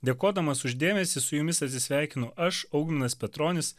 dėkodamas už dėmesį su jumis atsisveikinu aš augminas petronis